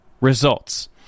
results